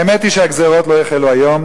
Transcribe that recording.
האמת היא שהגזירות לא החלו היום,